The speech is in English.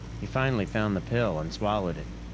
he finally found the pill and swallowed it,